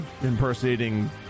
impersonating